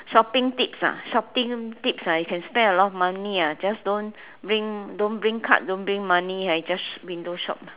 shopping tips ah shopping tips ah you can spend a lot of money I just don't bring card don't bring money I just window shop